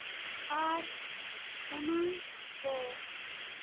ᱟᱨ ᱚᱱᱟ ᱠᱚ